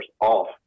off